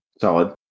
Solid